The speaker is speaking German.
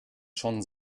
schon